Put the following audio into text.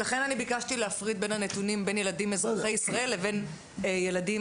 אני ביקשתי להפריד בנתונים בין ילדים